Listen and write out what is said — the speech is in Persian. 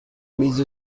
میز